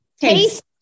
Taste